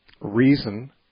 reason